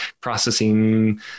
processing